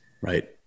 right